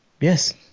Yes